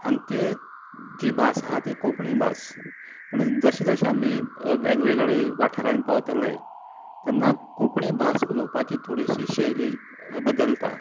हांगा जी भास आहा ती कोंकणी भास पुणून जशे जशे आमी वेगवेगळे वाठारांनी पावतले तेन्ना कोंकणी भास उलोवपाची थोडिशी शैली बदलता